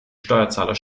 steuerzahler